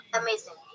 amazing